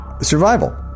Survival